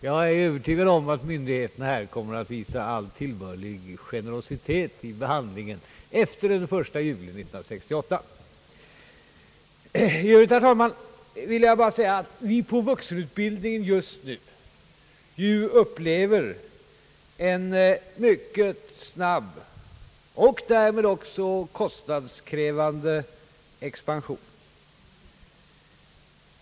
Jag är övertygad om att myndigheterna vid handläggningen av sådana ärenden kommer att visa all tillbörlig generositet — efter den 1 juli 1968. I övrigt, herr talman, vill jag bara säga att vi på vuxenutbildningens område just nu upplever en mycket snabb och därmed också kostnadskrävande expansion.